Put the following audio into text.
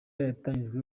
yatangijwe